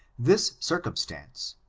this circum stance,